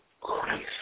Christ